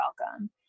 welcome